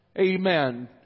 Amen